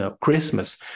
Christmas